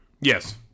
Yes